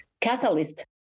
catalyst